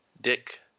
Dick